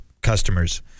customers